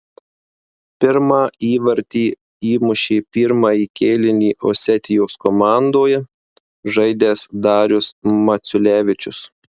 pirmą įvartį įmušė pirmąjį kėlinį osetijos komandoje žaidęs darius maciulevičius